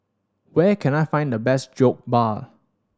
where can I find the best Jokbal